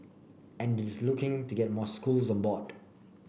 and it is looking to get more schools on board